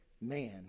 man